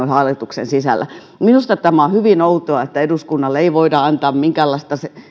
ole hallituksen sisällä minusta on hyvin outoa että eduskunnalle ei voida antaa minkäänlaista